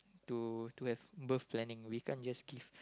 to to have birth planning we can't just give